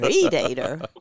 predator